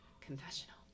confessional